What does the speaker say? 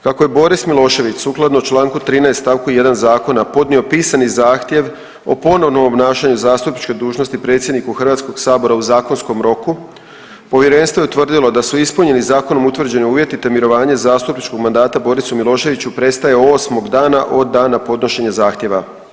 Kako je Boris Milošević sukladno Članku 13. stavku 1. zakona podnio pisani zahtjev o ponovnom obnašanju zastupničke dužnosti predsjedniku Hrvatskog sabora u zakonskom roku, povjerenstvo je utvrdilo da su ispunjeni zakonom utvrđeni uvjeti te mirovanje zastupničkog mandata Borisu Miloševu prestaje 8 dana od dana podnošenja zahtjeva.